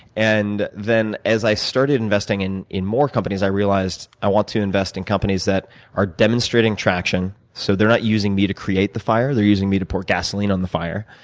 and as i started investing in in more companies, i realized i want to invest in companies that are demonstrating traction, so they're not using me to create the fire, they're using me to pour gasoline on the fire.